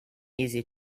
easy